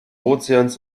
ozeans